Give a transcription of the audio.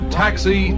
taxi